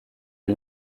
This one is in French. est